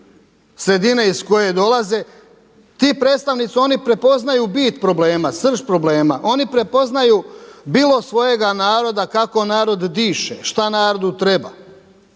sredine iz koje dolaze. Ti predstavnici, oni prepoznaju bit problema, srž problema. Oni prepoznaju bilo svojega naroda kako narod diše, šta narodu treba.